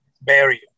barrier